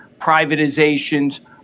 privatizations